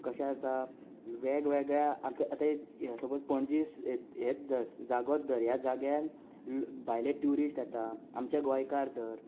कशें आसा वेगवेगळ्या आमच्या आतां सपोज पणजे हें हेंच दर जागोच दर ह्या जाग्यान भायले ट्युरिस्ट येता आमचे गोंयकार दर